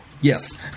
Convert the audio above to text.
Yes